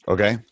Okay